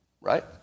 right